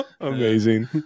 amazing